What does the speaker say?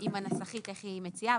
עם הנסחית איך היא מציעה,